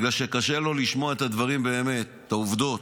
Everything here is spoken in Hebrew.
כי קשה לו לשמוע את הדברים באמת, את העובדות.